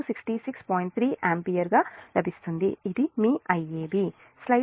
3o ampere లభిస్తుంది ఇది మీ Iab